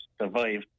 survive